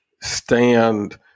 stand